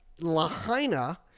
Lahaina